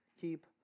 Keep